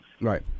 Right